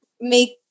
make